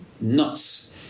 nuts